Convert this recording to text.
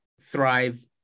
thrive